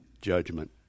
judgment